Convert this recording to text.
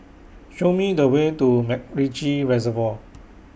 Show Me The Way to Macritchie Reservoir